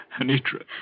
Anitra